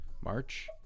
March